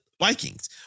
Vikings